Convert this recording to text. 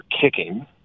kicking